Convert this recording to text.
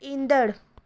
ईंदड़